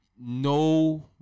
no